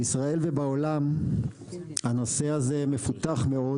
בישראל ובעולם הנושא הזה מפותח מאוד.